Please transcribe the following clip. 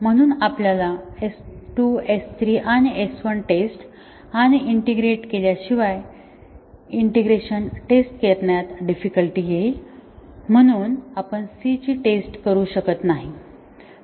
म्हणून आपल्याला S2 S3 आणि S1 टेस्ट आणि इंटिग्रेट केल्याशिवाय इंटिग्रेशन टेस्ट करण्यात डिफिकल्टी येईल म्हणून आपण C ची टेस्ट करू शकत नाही